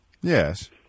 Yes